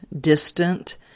distant